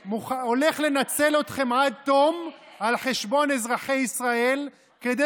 אחמד טיבי הולך לנצל אתכם עד תום על חשבון אזרחי ישראל כדי